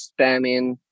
spamming